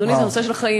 אדוני, זה נושא של חיים.